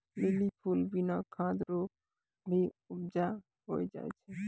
lily फूल बिना खाद रो भी उपजा होय जाय छै